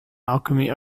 alchemy